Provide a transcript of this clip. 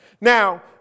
Now